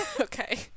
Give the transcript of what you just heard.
Okay